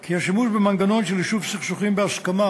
כי השימוש במנגנון של יישוב סכסוכים בהסכמה